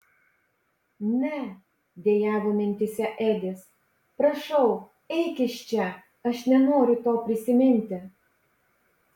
ne dejavo mintyse edis prašau eik iš čia aš nenoriu to prisiminti